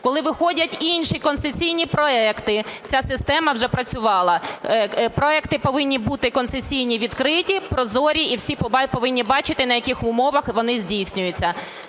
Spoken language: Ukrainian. коли виходять інші концесійні проекти, ця система вже працювала. Проекти повинні бути концесійні відкриті, прозорі і всі повинні бачити, на яких умовах вони здійснюються.